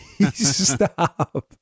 Stop